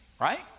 right